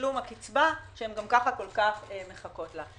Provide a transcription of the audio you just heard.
בתשלום הקצבה שגם ככה הן כל כך מחכות לה.